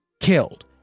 killed